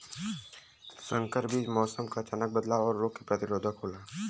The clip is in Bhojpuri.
संकर बीज मौसम क अचानक बदलाव और रोग के प्रतिरोधक होला